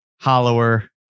hollower